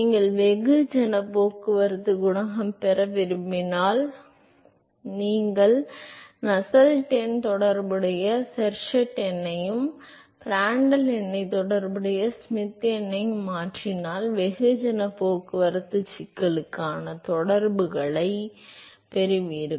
நீங்கள் வெகுஜன போக்குவரத்து குணகம் பெற விரும்பினால் எனவே நீங்கள் நஸ்ஸெல்ட் எண்ணை தொடர்புடைய ஷெர்வுட் எண்ணையும் பிராண்ட்ட்ல் எண்ணை தொடர்புடைய ஷ்மிட் எண்ணையும் மாற்றினால் வெகுஜனப் போக்குவரத்துச் சிக்கலுக்கான தொடர்புகளைப் பெறுவீர்கள்